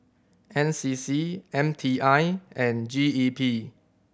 N C C M T I and G E P